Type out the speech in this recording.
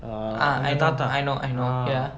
err I know I know ya